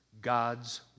God's